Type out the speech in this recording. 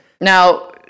Now